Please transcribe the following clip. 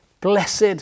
Blessed